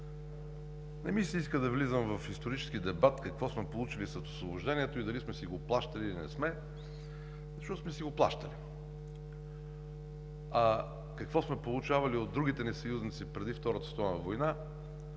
не ми се иска да влизам в исторически дебат какво сме получили след Освобождението и дали сме си го плащали, или не сме, защото сме си го плащали. А какво сме получавали от другите ни съюзници преди Втората световна война